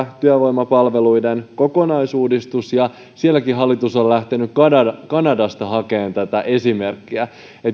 työvoimapalveluiden kokonaisuudistus ja sielläkin hallitus on lähtenyt kanadasta kanadasta hakemaan esimerkkiä